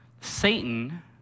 Satan